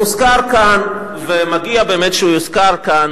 והוזכר כאן, ומגיע באמת שיוזכר כאן,